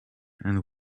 and